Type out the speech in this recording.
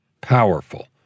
powerful